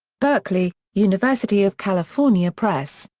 berkeley university of california press.